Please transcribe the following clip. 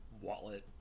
wallet